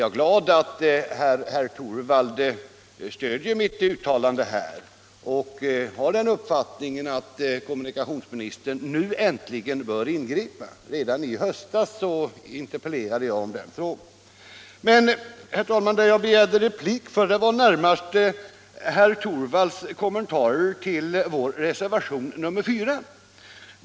Jag är glad att herr Torwald nu stöder mitt uttalande på den här punkten och delar min uppfattning att kommunikationsministern äntligen bör ingripa. Redan i höstas interpellerade jag i denna fråga. Men, herr talman, vad som föranledde mig att begära replik var närmast herr Torwalds kommentarer till vår reservation nr 4.